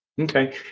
Okay